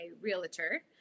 realtor